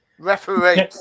Referee